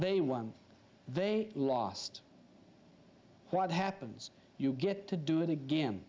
they won they lost what happens you get to do it again